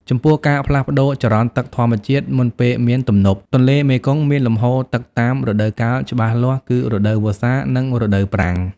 ចំពោះ ការផ្លាស់ប្ដូរចរន្តទឹកធម្មជាតិ មុនពេលមានទំនប់ ទន្លេមេគង្គមានលំហូរទឹកតាមរដូវកាលច្បាស់លាស់គឺ រដូវវស្សា និងរដូវប្រាំង។